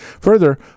Further